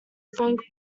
frank